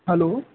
hello